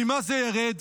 ממה זה ירד?